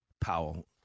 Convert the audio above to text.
Powell